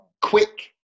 Quick